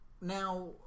now